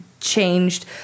changed